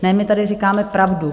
Ne, my tady říkáme pravdu.